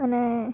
અને